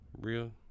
real